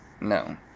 no